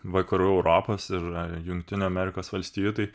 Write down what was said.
vakarų europos ir jungtinių amerikos valstijų tai